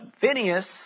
Phineas